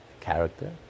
character